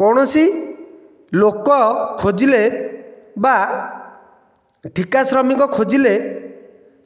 କୌଣସି ଲୋକ ଖୋଜିଲେ ବା ଠିକା ଶ୍ରମିକ ଖୋଜିଲେ